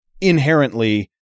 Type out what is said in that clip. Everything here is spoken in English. inherently